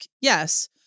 yes